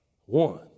one